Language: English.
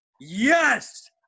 Yes